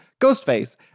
Ghostface